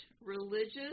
religious